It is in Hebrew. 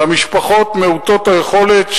למשפחות מעוטות היכולת,